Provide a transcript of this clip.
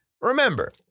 Remember